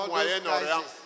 Moyen-Orient